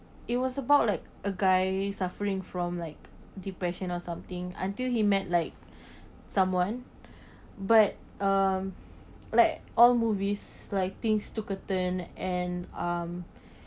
it was about like a guy suffering from like depression or something until he met like someone but um like all movies like things took a turn and um